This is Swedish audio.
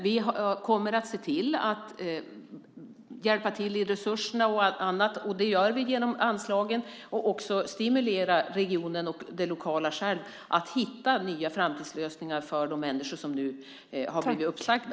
Vi kommer att hjälpa till med resurser och annat, vilket vi gör genom anslagen, och också stimulera regionen och det lokala att själva hitta nya framtidslösningar för de människor som nu har blivit uppsagda.